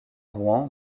rouen